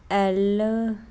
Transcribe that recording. L